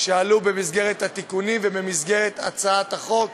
שעלו במסגרת התיקונים ובמסגרת הצעת החוק,